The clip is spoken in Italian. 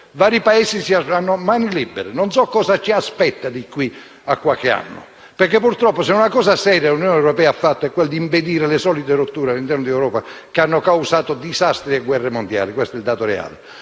vari Paesi avranno le mani libere. Non so cosa ci aspetta da qui a qualche anno perché, purtroppo, se una cosa seria l'Unione europea ha fatto, è stato di impedire le solite rotture all'interno dell'Europa che hanno causato disastri e guerre mondiali. Questo è il dato reale,